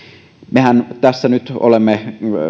mehän tässä nyt olemme